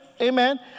amen